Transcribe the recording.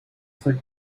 cinq